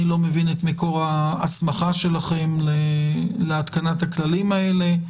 לא מבין את מקור ההסמכה שלכם להתקנת הכללים האלה.